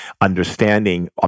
understanding